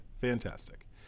Fantastic